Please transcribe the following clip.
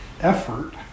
effort